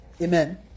Amen